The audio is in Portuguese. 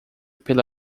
pela